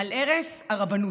על הרס הרבנות.